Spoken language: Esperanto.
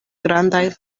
grandaj